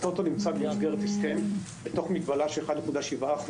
הוא נמצא במסגרת הסכם בתוך מגבלה של 1.7%